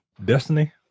destiny